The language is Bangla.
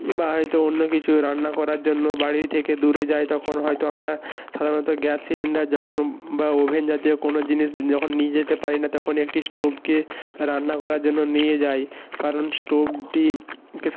বা হয়তো অন্য কিছু রান্না করার জন্য বাড়ি থেকে দূরে যাই তখন হয়তো আমরা সাধারণত গ্যাস সিলিন্ডার যখন বা ওভেন জাতীয় কোনো জিনিস যখন নিই যেতে পারি না তখন একটি স্টোভকে রান্না করার জন্য নিয়ে যাই কারণ স্টোবটিকে